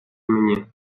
мені